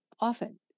often